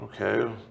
okay